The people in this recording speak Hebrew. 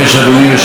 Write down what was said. אדוני היושב-ראש,